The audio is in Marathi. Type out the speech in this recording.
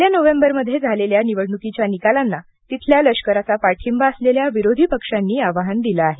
गेल्या नोव्हेंबरमध्ये झालेल्या निवडणुकीच्या निकालांना तिथल्या लष्कराचा पाठिंबा असलेल्या विरोधी पक्षांनी आव्हान दिले आहे